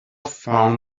found